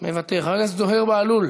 מוותר, חבר הכנסת זוהיר בהלול,